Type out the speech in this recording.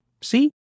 See